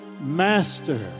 Master